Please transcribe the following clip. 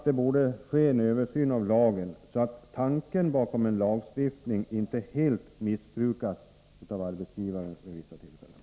Det borde ske en översyn av den här lagen, så att tanken bakom lagstiftningen inte helt missbrukas av arbetsgivarna vid vissa tillfällen.